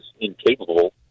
incapable